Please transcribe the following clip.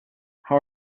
how